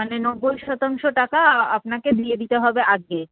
মানে নব্বই শতাংশ টাকা আপনাকে দিয়ে দিতে হবে আগে